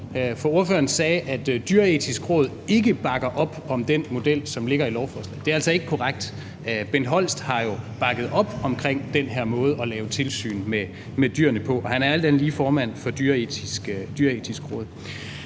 Ordføreren sagde, at Det Dyreetiske Råd ikke bakker op om den model, som ligger i lovforslaget. Det er altså ikke korrekt. Bengt Holst har jo bakket op om den her måde at lave tilsyn med dyrene på, og han er alt andet lige formand for Det Dyreetiske Råd.